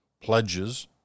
pledges